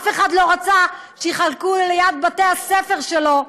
אף אחד לא רצה שיחכו ליד בתי הספר שלו,